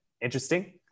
interesting